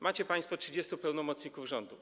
Macie państwo 30 pełnomocników rządu.